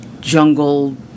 jungle